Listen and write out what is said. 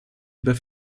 über